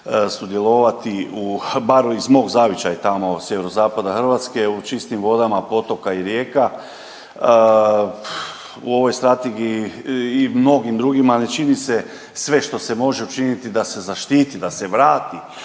sudjelovati u bar iz mog zavičaja sjeverozapada Hrvatske u čistim vodama potoka i rijeka. U ovoj strategiji i mnogim drugima ne čini se sve što se može učiniti da se zaštiti da se vrati